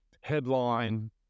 headline